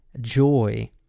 joy